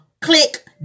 Click